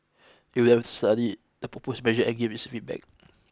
it will study the proposed measure and give its feedback